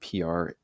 PR